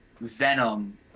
Venom